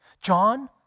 John